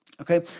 Okay